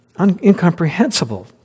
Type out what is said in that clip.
Incomprehensible